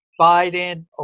Biden